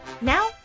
Now